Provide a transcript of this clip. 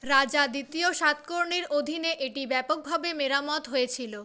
রাজা দ্বিতীয় সাতকর্ণীর অধীনে এটি ব্যাপকভাবে মেরামত হয়েছিল